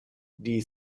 die